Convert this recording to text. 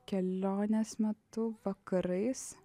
kelionės metu vakarais